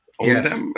Yes